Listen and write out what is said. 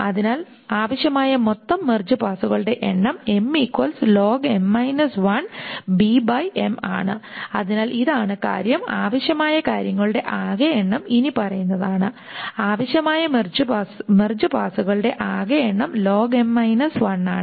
അതിനാൽ ആവശ്യമായ മൊത്തം മെർജ് പാസ്സുകളുടെ എണ്ണം ആണ് അതിനാൽ ഇതാണ് കാര്യം ആവശ്യമായ കാര്യങ്ങളുടെ ആകെ എണ്ണം ഇനിപറയുന്നതാണ് ആവശ്യമായ മെർജ് പാസ്സുകളുടെ ആകെ എണ്ണം ആണ്